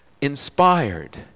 inspired